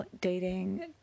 dating